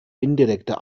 indirekter